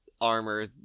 armor